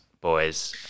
boys